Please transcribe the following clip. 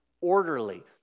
orderly